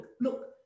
Look